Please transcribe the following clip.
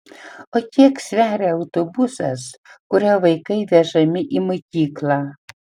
o kiek sveria autobusas kuriuo vaikai vežami į mokyklą